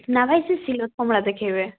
ନା ଭାଇ ସେ ସିଲଟ କମଳା ଦେଖେଇବେ